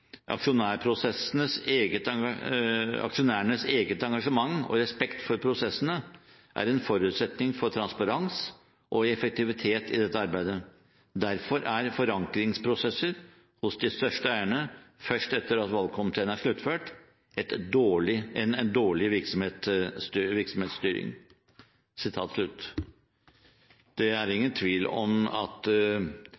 aksjonærenes eget engasjement og respekt for prosessene er en forutsetning for transparens og effektivitet i dette arbeidet. Derfor er forankringsprosesser hos de største eierne først etter at valgkomiteen er sluttført sitt arbeid dårlig virksomhetsstyring.» Det er